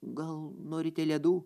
gal norite ledų